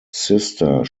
sister